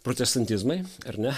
protestantizmai ar ne